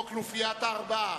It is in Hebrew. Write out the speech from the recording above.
או כנופיית הארבעה.